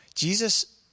Jesus